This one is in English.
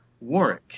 Warwick